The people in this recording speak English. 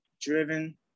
driven